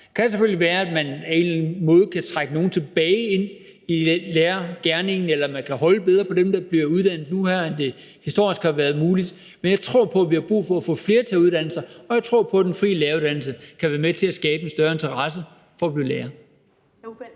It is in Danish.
Det kan selvfølgelig være, at man på en eller anden måde kan trække nogle tilbage ind i lærergerningen eller man kan holde bedre på dem, der bliver uddannet nu her, end det historisk har været muligt. Men jeg tror på, at vi har brug for at få flere til at uddanne sig, og jeg tror på, at den frie læreruddannelse kan være med til at skabe en større interesse for at blive lærer.